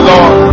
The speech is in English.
Lord